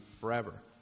forever